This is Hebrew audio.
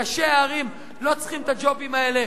ראשי הערים לא צריכים את הג'ובים האלה,